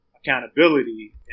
Accountability